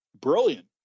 Brilliant